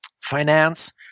finance